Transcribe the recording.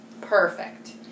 Perfect